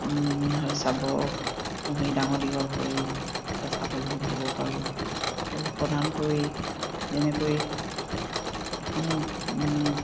হয় চাব পুহি ডাঙৰ দীঘল কৰি এতিয়া স্বাৱলম্বী হ'ব পাৰোঁ আৰু প্ৰধানকৈ যেনেকৈ এখন